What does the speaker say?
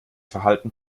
verhalten